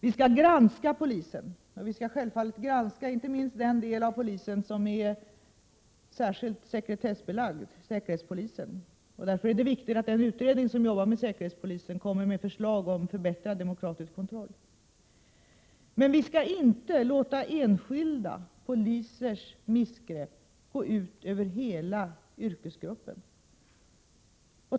Vi skall granska polisen — och självfallet inte minst den del av verksamheten som är särskilt sekretessbelagd, säkerhetspolisen. Därför är det viktigt att den utredning som arbetar med säkerhetspolisen kommer med förslag om förbättrad demokratisk kontroll. Däremot skall vi inte låta enskilda polisers missgrepp gå ut över hela yrkesgruppen.